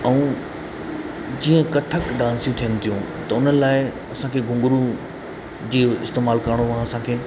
ऐं जीअं कथक डांसियूं थियनि थियूं त उन लाइ असांखे घुंघरू जिव इस्तेमाल करिणो आहे असांखे